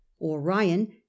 orion